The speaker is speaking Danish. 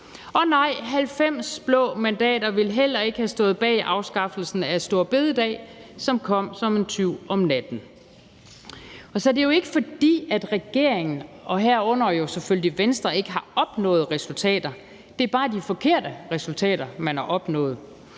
Og nej, 90 blå mandater ville heller ikke have stået bag afskaffelsen af store bededag, som kom som en tyv om natten. Så det er jo ikke, fordi regeringen, herunder selvfølgelig Venstre, ikke har opnået resultater; det er bare de forkerte resultater, man har opnået.